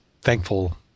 thankful